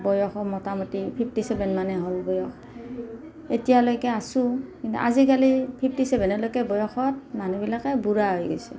বয়সো মুটামুটি fifty seven মানেই হ'ল বয়স এতিয়ালৈকে আছোঁ কিন্তু আজিকালি ফিফটি ছেভেনলৈকে বয়সত মানুহবিলাকে বুঢ়া হৈ গেছে